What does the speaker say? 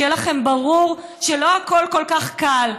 שיהיה לכם ברור שלא הכול כל כך קל.